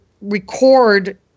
record